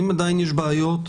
אם עדיין יש בעיות,